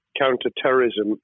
counter-terrorism